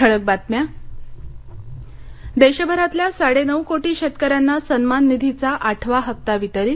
ठळक बातम्या देशभरातल्या साडेनऊ कोटी शेतकऱ्यांना सन्मान निधीचा आठवा हप्ता वितरित